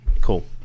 Cool